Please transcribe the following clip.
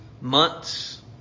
months